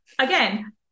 again